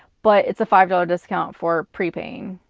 but it's a five dollar discount for prepaying.